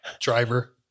Driver